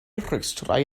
rhwystrau